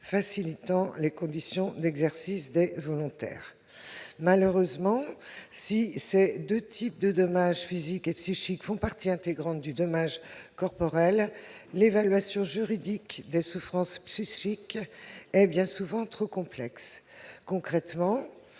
faciliter les conditions d'exercice des volontaires. Malheureusement, si ces deux types de dommages physiques et psychiques font partie intégrante du dommage corporel, l'évaluation juridique des souffrances psychiques est souvent trop complexe. Concrètement,